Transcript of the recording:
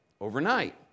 overnight